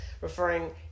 referring